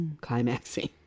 climaxing